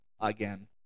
again